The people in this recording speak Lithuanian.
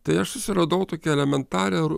tai aš susiradau tokią elementarią